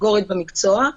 סנגורית במקצוע.